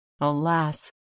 Alas